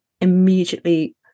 immediately